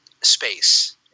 space